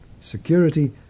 Security